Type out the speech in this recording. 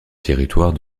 territoire